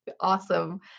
awesome